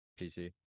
PC